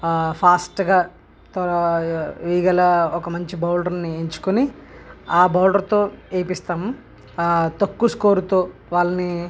ఫాస్ట్గా వేయగల ఒక మంచి బౌలరుని ఎంచుకొని ఆ బౌలరుతో వేయిస్తాము తక్కువ స్కోరుతో వాళ్ళని